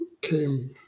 came